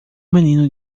menino